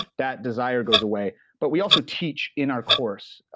that desire goes away, but we also teach in our course,